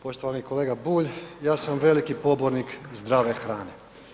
Poštovani kolega Bulj, ja sam veliki pobornik zdrave hrane.